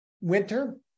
winter